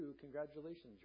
congratulations